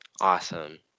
Awesome